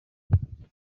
iragenda